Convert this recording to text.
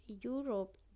Europe